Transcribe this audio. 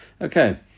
okay